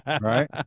Right